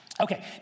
Okay